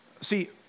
See